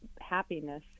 happiness